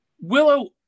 Willow